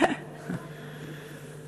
פעם ראשונה שאני רואה אותך מנהלת את הישיבה,